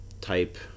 type